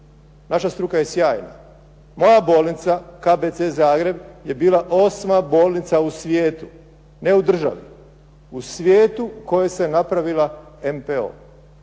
Naša struka je sjajna. Moja bolnica KBC Zagreb je bila osma bolnica u svijetu, ne u državi, u svijetu koja je napravila NPO.